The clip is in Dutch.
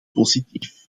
positief